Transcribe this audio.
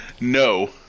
No